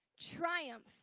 triumph